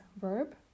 verb